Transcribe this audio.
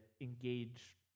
engage